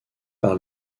par